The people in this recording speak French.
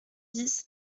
dix